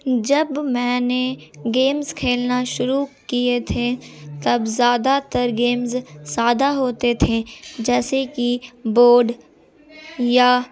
جب میں نے گیمس کھیلنا شروع کیے تھے تب زیادہ تر گیمز سادہ ہوتے تھے جیسے کہ بورڈ یا